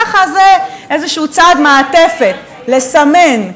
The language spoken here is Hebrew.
ככה, זה איזשהו צעד מעטפת, לסמן.